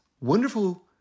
wonderful